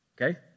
Okay